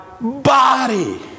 body